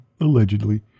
Allegedly